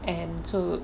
and so